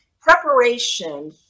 preparation